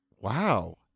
Wow